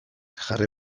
jarri